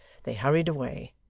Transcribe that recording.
they hurried away,